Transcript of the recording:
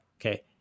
okay